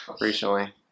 recently